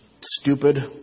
stupid